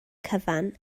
cyfan